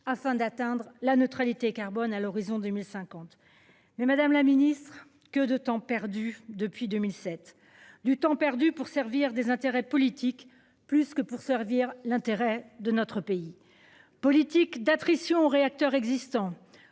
afin d'atteindre la neutralité carbone à l'horizon 2050. Mais Madame la Ministre que de temps perdu depuis 2007 du temps perdu pour servir des intérêts politiques plus que pour servir l'intérêt de notre pays. Politique d'attrition réacteurs existants.